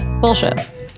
Bullshit